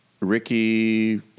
Ricky